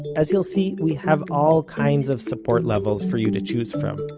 as you'll see, we have all kinds of support levels for you to choose from,